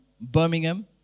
Birmingham